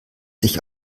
sich